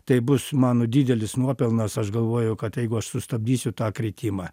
tai bus mano didelis nuopelnas aš galvoju kad jeigu aš sustabdysiu tą kritimą